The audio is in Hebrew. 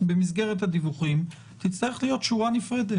במסגרת הדיווחים תצטרך להיות שורה נפרדת